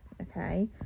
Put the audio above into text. okay